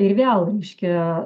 ir vėl reiškia